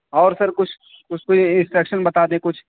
اور سر کچھ کچھ تو انسٹرکشن بتا دیں کچھ